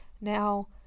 now